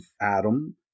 Adam